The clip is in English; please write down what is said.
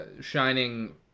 Shining